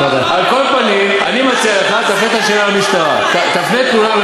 אמרתי: האם העובדות נכונות,